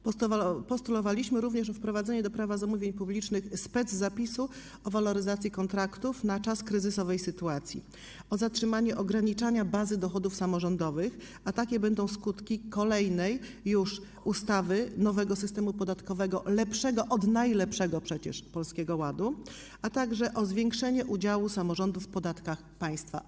Postulowaliśmy również wprowadzenie do Prawa zamówień publicznych speczapisu o waloryzacji kontraktów na czas kryzysowej sytuacji, zatrzymanie ograniczania bazy dochodów samorządowych - a takie będą skutki kolejnej już ustawy, nowego systemu podatkowego, lepszego od najlepszego przecież Polskiego Ładu - a także zwiększenie udziału samorządów w podatkach państwa.